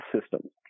systems